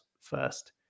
first